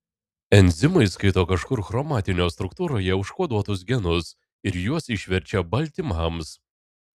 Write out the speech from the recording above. enzimai skaito kažkur chromatino struktūroje užkoduotus genus ir juos išverčia baltymams